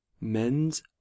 Mens